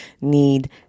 need